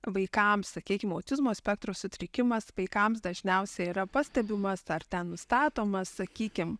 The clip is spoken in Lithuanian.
vaikams sakykim autizmo spektro sutrikimas vaikams dažniausiai yra pastebimas ar ten nustatomas sakykim